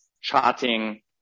charting